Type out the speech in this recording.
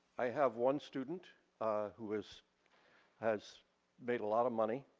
i have one student who has has made a lot of money.